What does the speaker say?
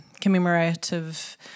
commemorative